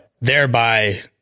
thereby